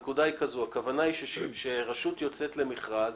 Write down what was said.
הכוונה היא שכאשר רשות יוצאת למכרז,